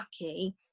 lucky